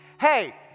Hey